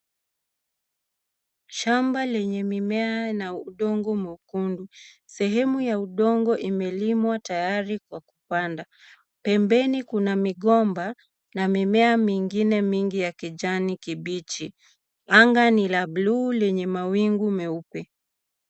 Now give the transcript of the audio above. Shamba lenye mimea na udongo mwekundu, sehemu ya udongo imelimwa tayari kwa kupanda. Pembeni kuna migomba na mimea mingine mingi ya kijani kibichi. Anga ni la buluu lenye mawingu meupe.